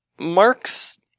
Marx